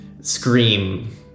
scream